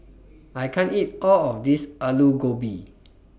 I can't eat All of This Aloo Gobi